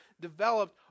developed